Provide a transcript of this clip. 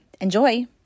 Enjoy